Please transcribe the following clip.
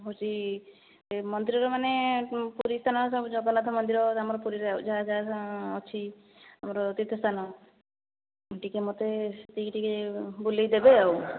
ହେଉଛି ମନ୍ଦିରରେ ମାନେ ପୁରୀ ତ ଜଗନ୍ନାଥ ମନ୍ଦିର ଆମ ପୁରୀରେ ଯାହା ଯାହା ଅଛି ଆମର ତୀର୍ଥସ୍ଥାନ ଟିକେ ମୋତେ ସେତିକି ଟିକେ ବୁଲାଇ ଦେବେ ଆଉ